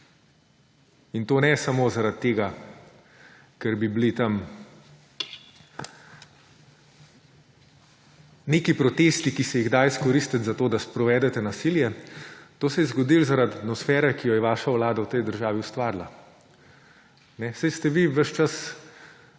In to ne samo zaradi tega, ker bi bili tam neki protesti, ki se jih da izkoristiti za to, da sprovedete nasilje. To se je zgodilo zaradi atmosfere, ki jo je vaša vlada v tej državi ustvarila. Saj ste vi ves čas